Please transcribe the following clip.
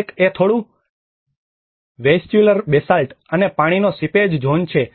એક એ થોડું વેઇશ્ચ્યુલર બેસાલ્ટ અને પાણીનો સીપેજ ઝોન છે જે